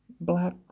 black